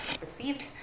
received